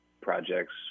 projects